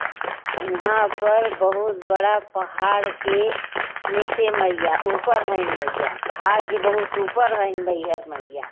वहाँ पर बहुत बड़ा पहाड़ के नीचे मैया ऊपर है मैया पहाड़ के बहुत ऊपर है मैहर मैया